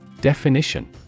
Definition